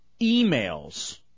emails